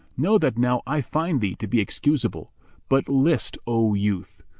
know that now i find thee to be excusable but list, o youth!